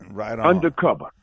undercover